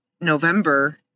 November